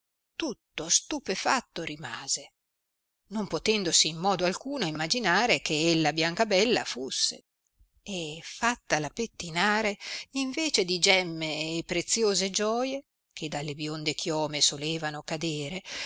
tutto stupefatto rimase non potendosi in modo alcuno imaginare che ella biancabella fusse e fattala pettinare invece di gemme e preziose gioie che dalle bionde chiome solevano cadere